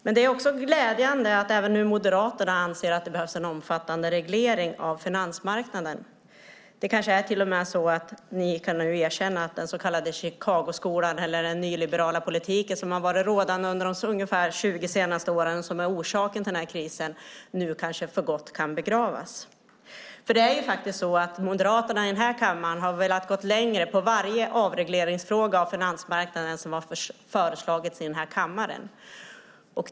Men det är också glädjande att även Moderaterna nu anser att det behövs en omfattande reglering av finansmarknaden. Kanske är det till och med så att ni nu kan erkänna att den så kallade Chicagoskolan eller den nyliberala politik som nu varit rådande i ungefär 20 år och som är orsaken till krisen nu för gott kan begravas. Moderaterna i denna kammare har faktiskt velat gå längre när det gällt varje avreglering av finansmarknaden som föreslagits i denna kammare.